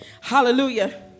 Hallelujah